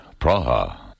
Praha